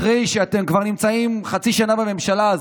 אחרי שאתם כבר נמצאים חצי שנה בממשלה הזאת,